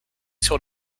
sur